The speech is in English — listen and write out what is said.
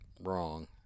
wrong